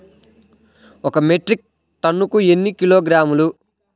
ఒక మెట్రిక్ టన్నుకు ఎన్ని కిలోగ్రాములు?